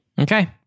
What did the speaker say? okay